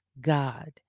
God